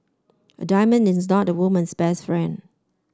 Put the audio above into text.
a diamond is not a woman's best friend